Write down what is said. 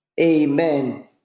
Amen